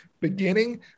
beginning